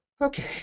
Okay